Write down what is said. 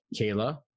Kayla